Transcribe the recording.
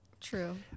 true